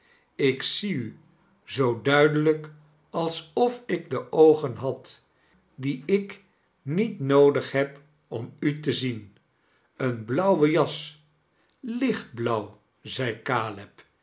ik zie u zoo duidelijk alsof ik de oogen had die ik niet noodig heb om u te zien bene blauwe jas lichtblauw zei